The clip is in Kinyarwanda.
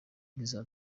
nk’iza